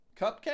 Cupcake